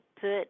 put